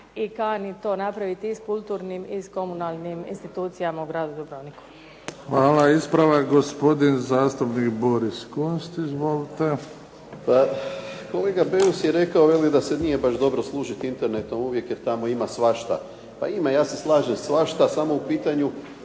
i kani to napraviti i s kulturnim i s komunalnim institucijama u gradu Dubrovniku. **Bebić, Luka (HDZ)** Hvala. Ispravak, gospodin zastupnik Boris Kunst. Izvolite. **Kunst, Boris (HDZ)** Pa, kolega Beus je rekao, veli da se nije baš dobro služiti internetom uvijek jer tamo ima svašta. Pa ima, ja se slažem, svašta samo tada